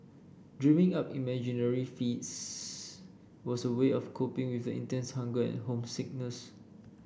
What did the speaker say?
dreaming up imaginary feasts was a way of coping with intense hunger and homesickness